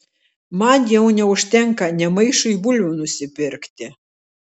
man jau neužtenka nė maišui bulvių nusipirkti